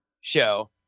show